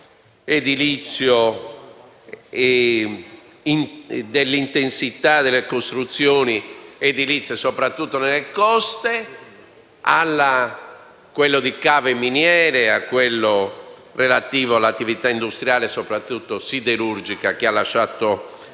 edilizio (dovuto all'intensità delle costruzioni soprattutto sulle coste), a quello di cave e miniere, a quello relativo all'attività industriale, soprattutto siderurgica (che ha lasciato